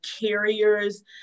carriers